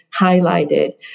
highlighted